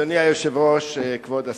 אדוני היושב-ראש, כבוד השר,